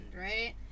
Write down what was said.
right